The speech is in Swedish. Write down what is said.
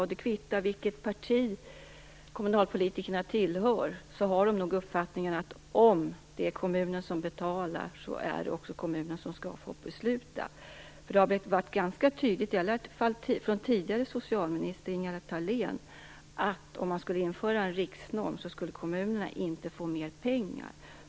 Oavsett vilket parti kommunalpolitikerna tillhör har de nog uppfattningen att om kommunen betalar är det också kommunen som skall besluta. Det har varit ganska tydligt, i alla fall från den förra socialministern Ingela Thalén, att om man skulle införa en riksnorm skulle kommunerna inte få mer pengar.